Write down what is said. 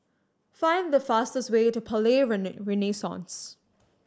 find the fastest way to Palais Renaissance